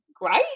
great